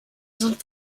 sonst